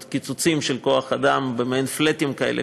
קיצוצים של כוח-אדם במעין "פלאטים" כאלה,